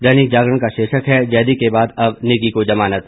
दैनिक जागरण का शीर्षक है जैदी के बाद अब नेगी को जमानत